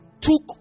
took